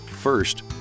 First